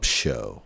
show